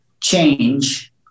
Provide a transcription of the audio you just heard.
Change